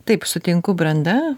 taip sutinku branda